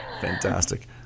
Fantastic